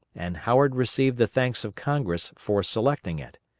and howard received the thanks of congress for selecting it.